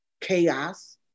chaos